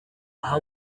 aha